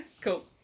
Cool